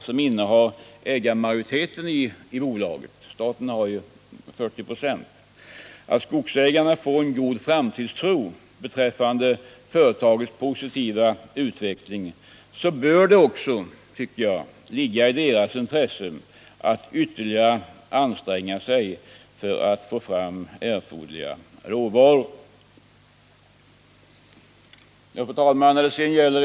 som innehar ägarmajoriteten i bolaget — staten har ju 40 26 av aktierna — får en god framtidstro beträffande bolagets positiva utveckling bör det ocksa ligga i derasintress att göra ytterligare ansträngningar att medverka till erforderlig tillförsel av råvara.